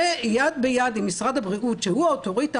ויד ביד עם משרד הבריאות שהוא האוטוריטה